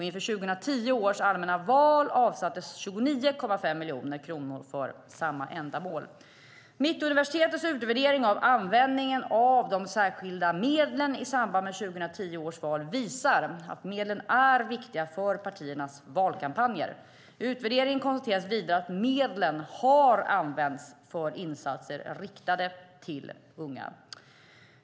Inför 2010 års allmänna val avsattes 29,5 miljoner kronor för samma ändamål. Mittuniversitetets utvärdering av användningen av de särskilda medlen i samband med 2010 års val visar att medlen är viktiga för partiernas valkampanjer. I utvärderingen konstateras vidare att medlen har använts för insatser riktade till unga.